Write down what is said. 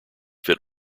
fit